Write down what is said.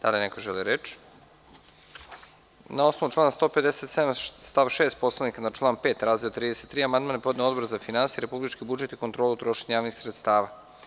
Da li neko želi reč? (Ne) Na osnovu člana 157. stav 6. Poslovnika, na član 5. razdeo 33. amandman je podneo Odbor za finansije, republički budžet i kontrolu trošenja javnih sredstava.